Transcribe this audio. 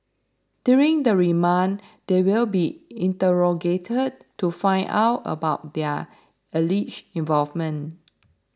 during the remand they will be interrogated to find out about their alleged involvement